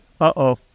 uh-oh